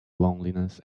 loneliness